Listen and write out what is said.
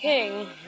King